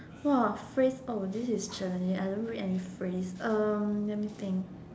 !wah! phrase oh this is challenging I don't read any phrase um let me think